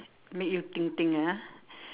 make you think think ah